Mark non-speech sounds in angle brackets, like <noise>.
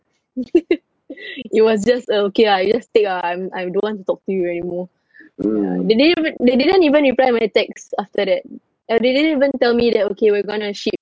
<laughs> it was just okay ah just take ah I I don't want to talk to you anymore <breath> ya they didn't even they didn't even reply my text after that and they didn't even tell me that okay we're gonna ship